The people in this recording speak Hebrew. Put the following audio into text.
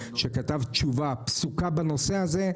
שכתב תשובה פסוקה בנושא הזה,